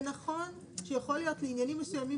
זה נכון שיכול להיות שעניינים מסוימים